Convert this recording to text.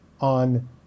on